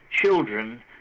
children